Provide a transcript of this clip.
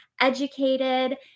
educated